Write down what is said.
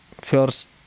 first